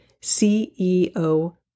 CEO